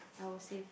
I will save